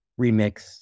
remix